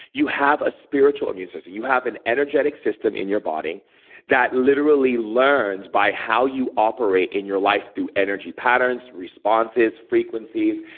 you have a spiritual immune system. you have an energetic system in your body that literally learns by how you operate in your life through energy patterns responses, frequencies,